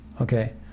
Okay